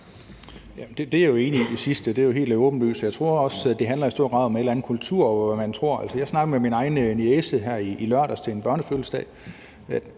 er jeg enig i, det er jo helt åbenlyst. Jeg tror også, at det i høj grad handler om et eller andet med kulturen, og hvad man tror. Jeg snakkede med min egen niece om det her i lørdags til en børnefødselsdag,